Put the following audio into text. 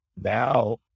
now